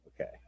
Okay